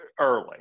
early